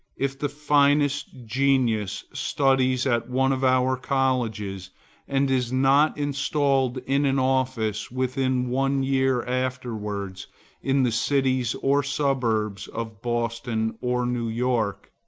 if the finest genius studies at one of our colleges and is not installed in an office within one year afterwards in the cities or suburbs of boston or new york,